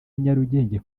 nyarugenge